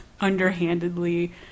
underhandedly